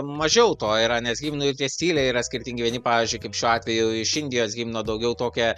mažiau to yra nes himnų ir tie stiliai yra skirtingi vieni pavyžiui kaip šiuo atveju iš indijos himno daugiau tokią